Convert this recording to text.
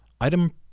Item